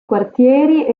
quartieri